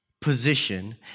position